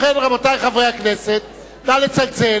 ובכן, רבותי, חברי הכנסת, נא לצלצל.